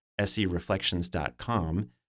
sereflections.com